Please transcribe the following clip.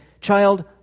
child